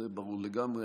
זה ברור לגמרי,